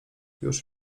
już